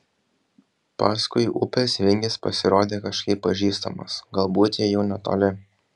paskui upės vingis pasirodė kažkaip pažįstamas galbūt jie jau netoli